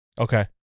okay